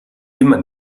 immer